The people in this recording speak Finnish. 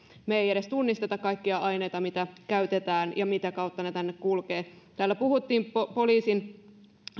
me emme edes tunnista kaikkia aineita mitä käytetään tai sitä mitä kautta ne tänne kulkevat täällä puhuttiin poliisin